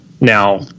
now